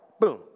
Boom